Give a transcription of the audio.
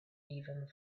even